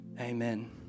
Amen